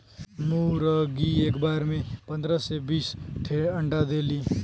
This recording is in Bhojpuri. मुरगी एक बार में पन्दरह से बीस ठे अंडा देली